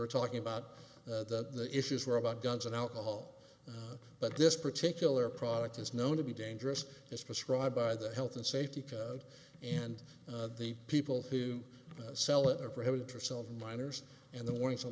were talking about the issues were about guns and alcohol but this particular product is known to be dangerous as prescribed by the health and safety and the people who sell it or for having to sell minors in the warnings on